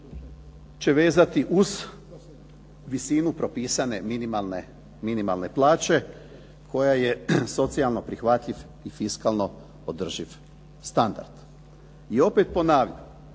I opet ponavljam,